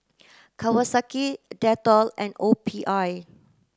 Kawasaki Dettol and O P I